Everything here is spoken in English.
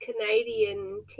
Canadian